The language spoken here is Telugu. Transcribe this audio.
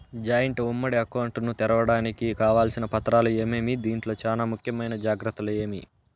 జాయింట్ ఉమ్మడి అకౌంట్ ను తెరవడానికి కావాల్సిన పత్రాలు ఏమేమి? దీంట్లో చానా ముఖ్యమైన జాగ్రత్తలు ఏమి?